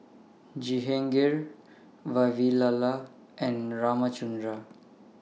Jehangirr Vavilala and Ramchundra